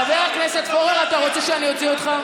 חבר הכנסת פורר, אתה רוצה שאני אוציא אותך?